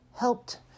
helped